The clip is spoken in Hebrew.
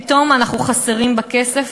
פתאום אנחנו חסרים בכסף,